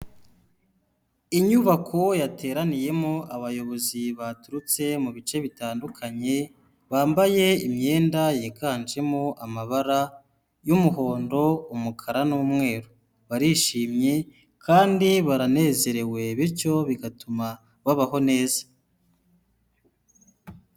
Inyubako yateraniyemo abayobozi baturutse mu bice bitandukanye, bambaye imyenda yiganjemo amabara y'umuhondo, umukara n'umweru. Barishimye kandi baranezerewe, bityo bigatuma babaho neza.